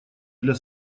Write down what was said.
для